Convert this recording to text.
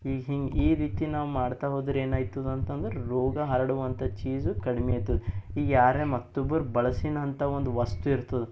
ಈಗ ಹಿಂಗೆ ಈ ರೀತಿ ನಾವು ಮಾಡ್ತಾ ಹೋದರೆ ಏನಾಯ್ತದಂತಂದರೆ ರೋಗ ಹರಡುವಂಥ ಚೀಝು ಕಡಿಮೆ ಆಯ್ತದೆ ಈಗ ಯಾರೇ ಮತ್ತೊಬ್ರು ಬಳಸಿನಂಥ ಒಂದು ವಸ್ತು ಇರ್ತದೆ